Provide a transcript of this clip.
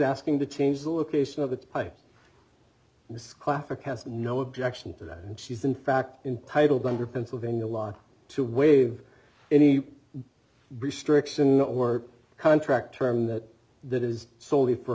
asking to change the location of the by this classic has no objection to that and she's in fact intitled under pennsylvania law to waive any restriction or contract term that that is solely for